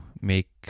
make